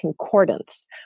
concordance